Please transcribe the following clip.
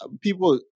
people